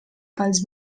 pels